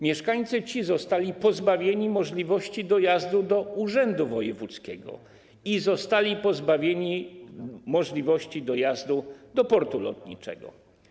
Mieszkańcy zostali pozbawieni możliwości dojazdu do urzędu wojewódzkiego i zostali pozbawieni możliwości dojazdu do portu lotniczego.